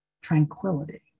tranquility